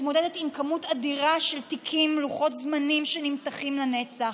מתמודדת עם כמות אדירה של תיקים ולוחות זמנים שנמתחים לנצח.